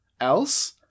else